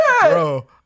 Bro